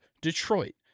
Detroit